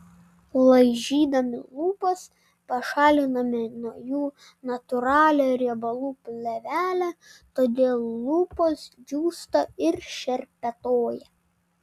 laižydami lūpas pašaliname nuo jų natūralią riebalų plėvelę todėl lūpos džiūsta ir šerpetoja